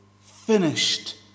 finished